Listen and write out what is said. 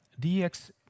DX